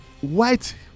white